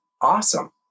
awesome